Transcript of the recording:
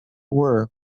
were